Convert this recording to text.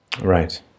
Right